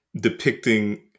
depicting